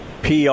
PR